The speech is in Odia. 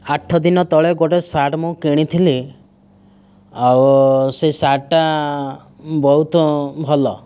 ଆଠ ଦିନ ତଳେ ଗୋଟିଏ ସାର୍ଟ ମୁଁ କିଣିଥିଲି ଆଉ ସେ ସାର୍ଟଟା ବହୁତ ଭଲ